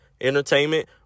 entertainment